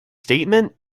statement